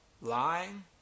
lying